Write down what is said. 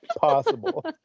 possible